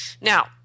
Now